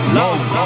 love